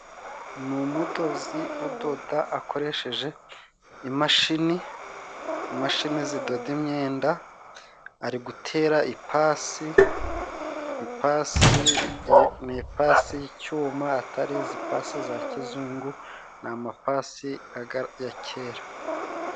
Ni umudozi udoda akoresheje imashini, imashini zidoda imyenda. Ari gutera ipasi, ipasi ni ipasi y'icyuma atari izi pasi za kizungu ni amapasi ya kera.